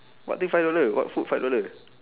what thing five dollar what food five dollar